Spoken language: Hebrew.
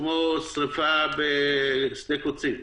כמו שריפה בשדה קוצים,